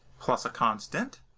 plus a constant.